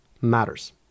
matters